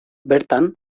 bertan